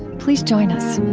please join us